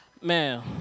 man